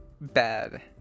bad